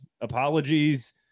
apologies